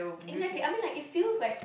exactly I mean like it feels like